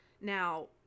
Now